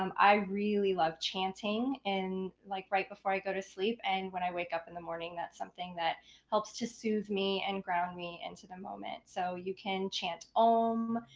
um i really love chanting in like right before i go to sleep and when i wake up in the morning. that's something that helps to soothe me and ground me into the moment. so you can chant ohm.